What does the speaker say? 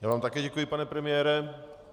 Já vám také děkuji, pane premiére.